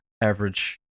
average